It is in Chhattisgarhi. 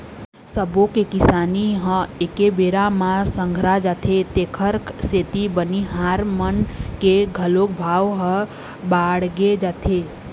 सब्बो के किसानी ह एके बेरा म संघरा जाथे तेखर सेती बनिहार मन के घलोक भाव ह बाड़गे जाथे